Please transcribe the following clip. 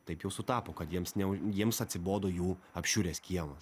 taip jau sutapo kad jiems ne jiems atsibodo jų apšiuręs kiemas